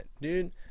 dude